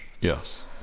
yes